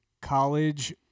college